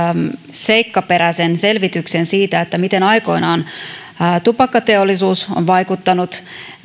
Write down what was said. seikkaperäisen selvityksen siitä miten aikoinaan tupakkateollisuus on vaikuttanut